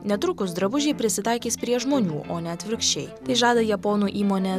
netrukus drabužiai prisitaikys prie žmonių o ne atvirkščiai tai žada japonų įmonės